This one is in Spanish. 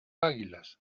águilas